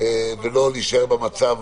ולא להישאר במצב